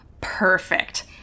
Perfect